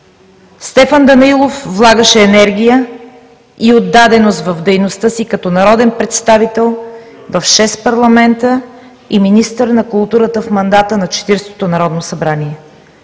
Стефан Данаилов влагаше енергия и отдаденост в дейността си като народен представител в шест парламента и като министър на културата в мандата на Четиридесетото народно събрание.